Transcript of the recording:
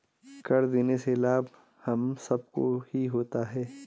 कर देने से लाभ हम सबको ही होता है